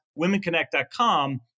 womenconnect.com